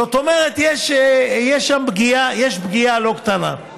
זאת אומרת, יש פגיעה לא קטנה.